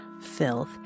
filth